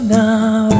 now